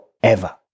forever